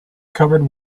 covered